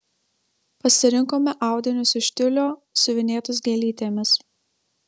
pasirinkome audinius iš tiulio siuvinėtus gėlytėmis